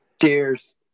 Cheers